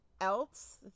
else